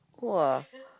!wah!